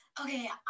Okay